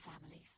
families